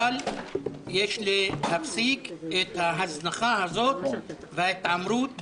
אבל יש להפסיק את ההזנחה הזו וההתעמרות בנוסעים,